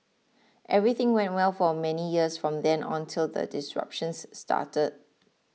everything went well for many years from then on till the disruptions started